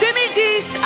2010